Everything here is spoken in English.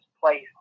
place